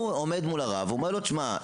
הוא עומד מול הרב ואומר לו: תשמע,